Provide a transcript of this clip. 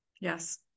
Yes